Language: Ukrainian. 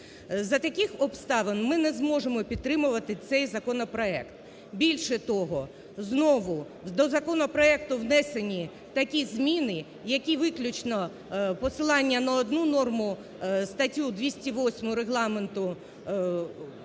За таких обставин ми не зможемо підтримувати цей законопроект. Більше того, знову до законопроекту внесені такі зміни, які виключно посилання на одну норму: статтю 208 Регламенту Верховної